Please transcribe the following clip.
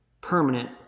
permanent